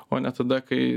o ne tada kai